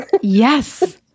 Yes